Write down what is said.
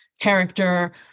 character